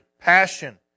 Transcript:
passion